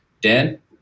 Dan